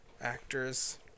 actors